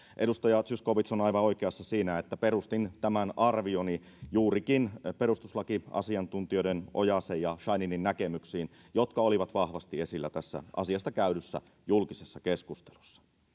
edustaja zyskowicz on aivan oikeassa siinä että perustin tämän arvioni juurikin perustuslakiasiantuntijoiden ojasen ja scheininin näkemyksiin jotka olivat vahvasti esillä tästä asiasta käydyssä julkisessa keskustelussa